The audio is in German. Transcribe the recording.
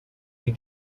wie